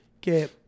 Que